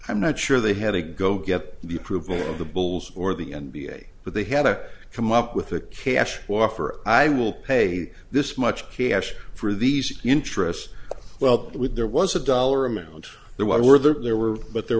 i'm not sure they had to go get the approval of the bulls or the n b a but they had to come up with a cash waffer i will pay this much cash for these interest well with there was a dollar amount there why were there there were but there